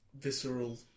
visceral